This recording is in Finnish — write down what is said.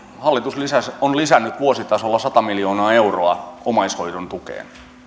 hallitus on lisännyt vuositasolla sata miljoonaa euroa omaishoidon tukeen